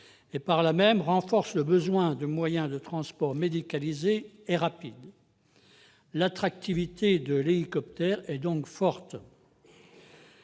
et par là même renforce le besoin en moyens de transport médicalisés et rapides. L'attractivité de l'hélicoptère est donc forte.